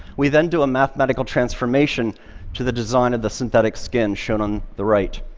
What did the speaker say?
we then do a mathematical transformation to the design of the synthetic skin, shown on the right.